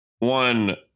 One